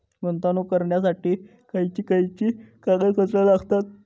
गुंतवणूक करण्यासाठी खयची खयची कागदपत्रा लागतात?